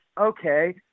okay